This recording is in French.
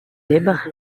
libres